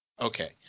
Okay